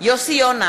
יוסי יונה,